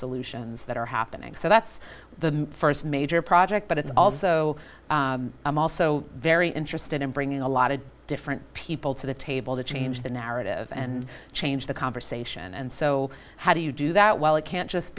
solutions that are happening so that's the first major project but it's also i'm also very interested in bringing a lot of different people to the table to change the narrative and change the conversation and so how do you do that well it can't just